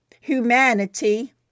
humanity